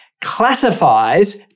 classifies